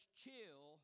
chill